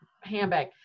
handbag